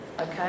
okay